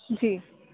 जी